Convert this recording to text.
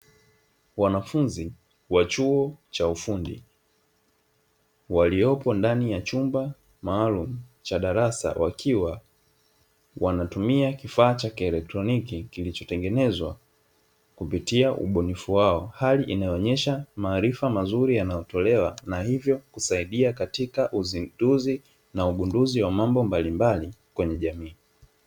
Wanafunzi wa chuo cha ufundi waliopo ndani ya chumba maalumu cha darasa, wakiwa wanatumia kifaa cha kielektroniki, kilichotengenezwa kupitia ubunifu wao, hali inayo onyesha maarifa mazuri yanayotolewa na hivyo kusaidia katika uzinduzi na ugunduzi wa mambo mbalimbali kwenye jamii.